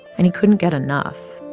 and he couldn't get enough.